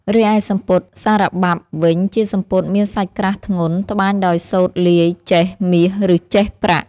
រីឯសំពត់ សារបាប់វិញជាសំពត់មានសាច់ក្រាស់ធ្ងន់ ត្បាញដោយសូត្រលាយចេសមាសឬចេសប្រាក់។